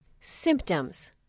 Symptoms